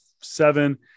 seven